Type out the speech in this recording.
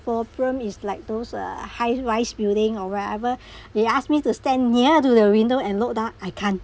problem is like those uh high rise building or wherever you ask me to stand near to the window and look down I can't